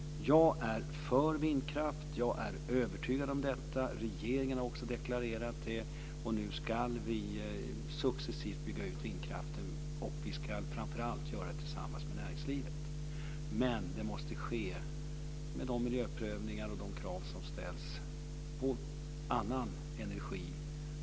Jag är för vindkraft. Jag är övertygad om detta. Regeringen har också deklarerat det. Nu ska vi successivt bygga ut vindkraften, och vi ska framför allt göra det tillsammans med näringslivet. Men det måste ske med de miljöprövningar som görs och de krav som ställs på annan energi.